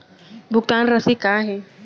भुगतान राशि का हे?